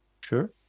Sure